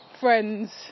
friends